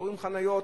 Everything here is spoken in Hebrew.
שוכרים חניות,